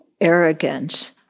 arrogance